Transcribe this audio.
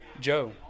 Joe